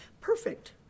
perfect